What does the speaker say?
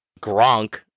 Gronk